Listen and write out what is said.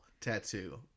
tattoo